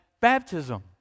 baptism